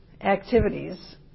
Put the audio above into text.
activities